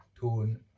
tone